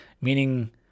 meaning